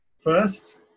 First